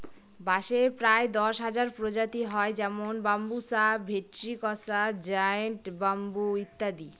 বাঁশের প্রায় দশ হাজার প্রজাতি হয় যেমন বাম্বুসা ভেন্ট্রিকসা জায়ন্ট ব্যাম্বু ইত্যাদি